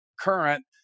current